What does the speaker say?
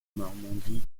normandie